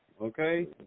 okay